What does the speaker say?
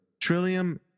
Trillium